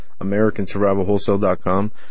AmericanSurvivalWholesale.com